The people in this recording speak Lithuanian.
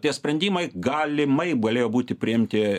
tie sprendimai galimai galėjo būti priimti